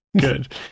Good